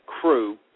crew